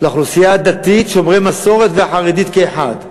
לאוכלוסייה הדתית, שומרי מסורת והחרדית כאחד.